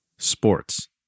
Sports